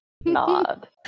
nod